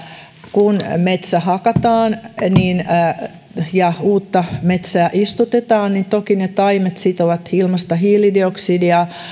kun metsä hakataan ja uutta metsää istutetaan niin toki ne taimet sitovat ilmasta hiilidioksidia